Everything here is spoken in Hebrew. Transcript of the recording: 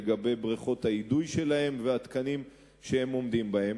לגבי בריכות האידוי שלהם והתקנים שהם עומדים בהם.